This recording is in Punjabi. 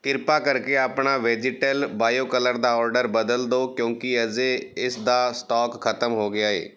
ਕ੍ਰਿਪਾ ਕਰਕੇ ਆਪਣਾ ਵੈਜੀਟਲ ਬਾਇਓ ਕਲਰ ਦਾ ਆਰਡਰ ਬਦਲ ਦਿਓ ਕਿਉਂਕਿ ਅਜੇ ਇੱਸ ਦਾ ਸਟਾਕ ਖ਼ਤਮ ਹੋ ਗਿਆ ਹੈ